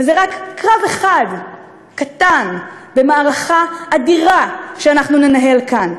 וזה רק קרב אחד קטן במערכה אדירה שאנחנו ננהל כאן.